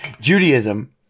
Judaism